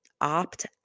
opt